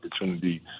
opportunity